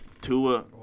Tua